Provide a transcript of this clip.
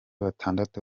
batandatu